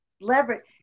leverage